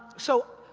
so,